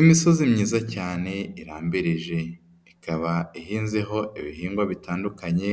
Imisozi myiza cyane irambirije, ikaba ihinzeho ibihingwa bitandukanye,